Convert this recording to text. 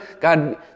God